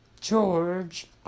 George